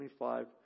25